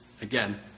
again